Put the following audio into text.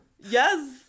Yes